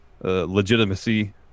legitimacy